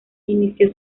inició